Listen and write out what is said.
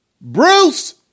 Bruce